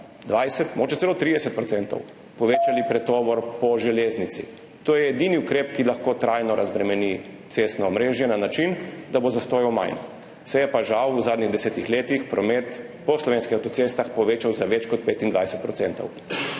20, mogoče celo 30 % povečali pretovor po železnici. To je edini ukrep, ki lahko trajno razbremeni cestno omrežje na način, da bo zastojev manj. Se je pa žal v zadnjih 10 letih promet po slovenskih avtocestah povečal za več kot 25 %.